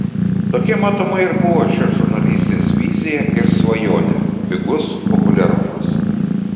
tokia matomai ir buvo šios žurnalistės vizija ir svajonė pigus populiarumas